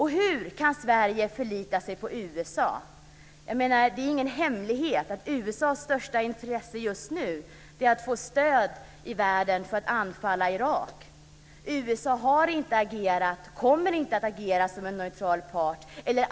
Hur kan Sverige förlita sig på USA? Det är ingen hemlighet att USA:s största intresse just nu är att få stöd i världen för att anfalla Irak. USA har inte agerat och kommer inte att agera som en neutral part.